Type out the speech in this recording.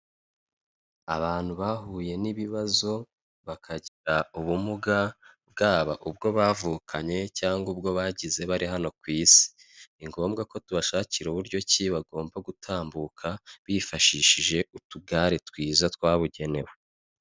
Abantu bahuye n'ibibazo bakagira ubumuga bwaba ubwo bavukanye cyangwa ubwo bagize bari hano ku isi, ni ngombwa ko tubashakira uburyo ki bagomba gutambuka bifashishije utugare twiza twabugenewe.